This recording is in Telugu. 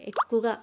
ఎక్కువగా